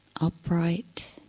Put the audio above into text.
upright